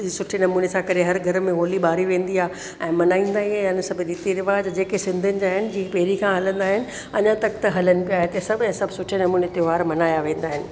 सुठे नमूने सां करे हरु घर में होली बारी वेंदी आहे ऐं मल्हाईंदा ई आहिनि सभु रिती रिवाज जेके सिंधियुनि जा आहिनि जेके पहिरीं खां हलंदा आहिनि अञा तक त हलनि पिया हिते सभु ऐं हिते सभु सुठे नमूने सां मल्हाया वेंदा आहिनि